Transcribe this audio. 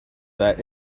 that